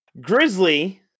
Grizzly